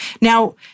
Now